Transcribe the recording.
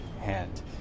hand